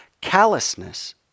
callousness